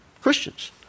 Christians